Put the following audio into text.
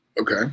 Okay